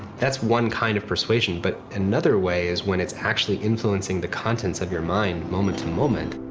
that's one kind of persuasion, but another way is when it's actually influencing the contents of your mind moment to moment.